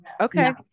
okay